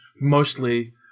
mostly